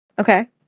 Okay